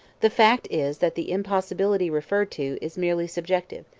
the fact is that the impossibility referred to is merely subjective,